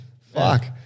fuck